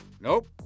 Nope